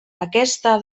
aquesta